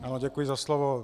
Ano, děkuji za slovo.